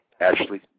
Ashley